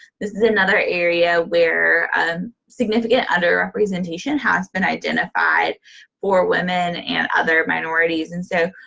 this is another area where significant under-representation has been identified for women and other minorities. and so,